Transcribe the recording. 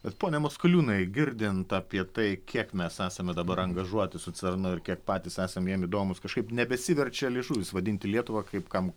bet pone maskaliūnai girdint apie tai kiek mes esame dabar angažuoti su cernu ir kiek patys esam jiem įdomūs kažkaip nebesiverčia liežuvis vadinti lietuvą kaip kam